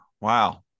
Wow